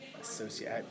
Associate